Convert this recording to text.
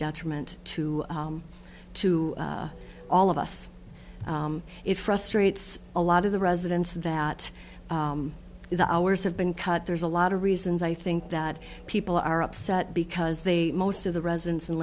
detriment to to all of us it frustrates a lot of the residents that the hours have been cut there's a lot of reasons i think that people are upset because they most of the residents in